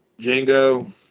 Django